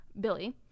billy